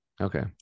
Okay